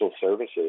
services